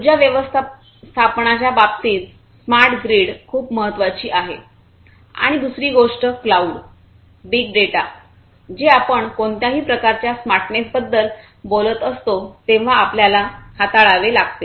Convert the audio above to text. उर्जा व्यवस्थापनाच्या बाबतीत स्मार्ट ग्रीड खूप महत्वाची आहे आणि दुसरी गोष्टी क्लाऊड आणि बिग डेटा जे आपण कोणत्याही प्रकारच्या स्मार्टनेसबद्दल बोलत असतो तेव्हा आपल्याला हाताळावे लागते